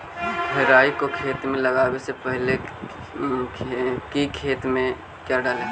राई को खेत मे लगाबे से पहले कि खेत मे क्या डाले?